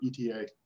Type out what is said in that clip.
ETA